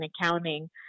accounting